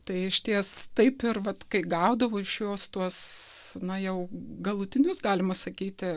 tai išties taip ir vat kai gaudavau iš jos tuos na jau galutinius galima sakyti